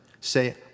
say